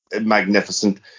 magnificent